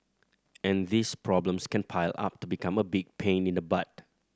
and these problems can pile up to become a big pain in the butt